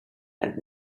and